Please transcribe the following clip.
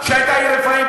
שהייתה עיר רפאים?